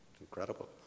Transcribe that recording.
incredible